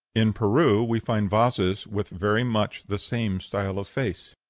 in peru we find vases with very much the same style of face.